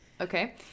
okay